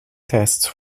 tests